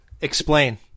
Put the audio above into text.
Explain